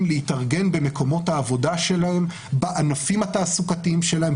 להתארגן במקומות העבודה שלהם בענפים התעסוקתיים שלהם,